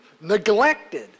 neglected